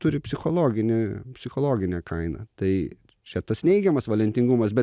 turi psichologinį psichologinę kainą tai čia tas neigiamas valentingumas bet